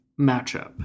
matchup